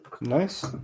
Nice